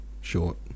short